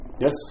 Yes